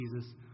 Jesus